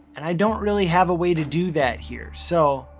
and i don't really have a way to do that here. so,